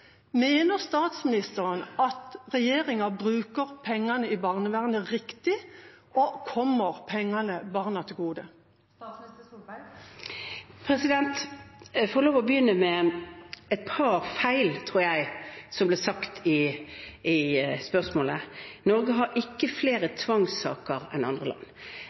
Mener statsministeren at regjeringa bruker pengene i barnevernet riktig? Og kommer pengene barna til gode? Jeg må få lov til å begynne med et par feil, tror jeg, som ble sagt i spørsmålet. Norge har ikke flere tvangssaker enn andre land.